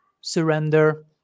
surrender